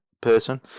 person